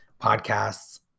Podcasts